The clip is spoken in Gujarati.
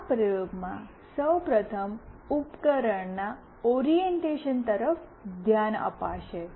આ પ્રયોગમાં સૌ પ્રથમ ઉપકરણના ઓરિએંટેશન તરફ ધ્યાન આપશે